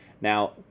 Now